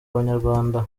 abanyarwanda